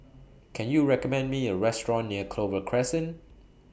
Can YOU recommend Me A Restaurant near Clover Crescent